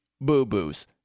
boo-boos